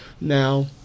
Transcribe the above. now